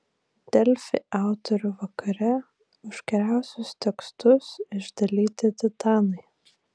delfi autorių vakare už geriausius tekstus išdalyti titanai